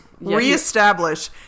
reestablish